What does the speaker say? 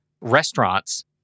restaurants